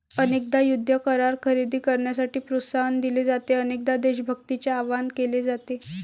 अनेकदा युद्ध करार खरेदी करण्यासाठी प्रोत्साहन दिले जाते, अनेकदा देशभक्तीचे आवाहन केले जाते